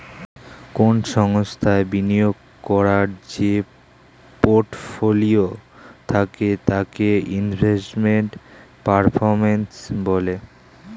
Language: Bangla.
কোন সংস্থায় বিনিয়োগ করার যে পোর্টফোলিও থাকে তাকে ইনভেস্টমেন্ট পারফর্ম্যান্স বলে